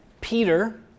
Peter